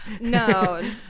No